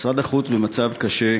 משרד החוץ במצב קשה: